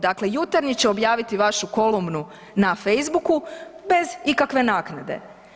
Dakle, Jutarnji će objaviti vašu kolumnu na Facebooku bez ikakve naknade.